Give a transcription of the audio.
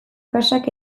gasak